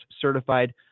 Certified